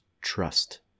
trust